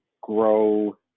grow